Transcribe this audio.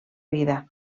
vida